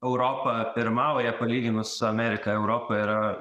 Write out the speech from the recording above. europa pirmauja palyginus su amerika europa yra